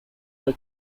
for